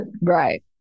Right